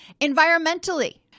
Environmentally